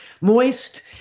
moist